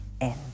end